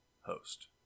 host